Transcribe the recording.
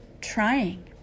trying